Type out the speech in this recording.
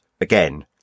again